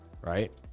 right